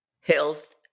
health